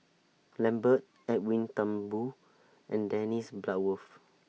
Lambert Edwin Thumboo and Dennis Bloodworth